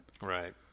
Right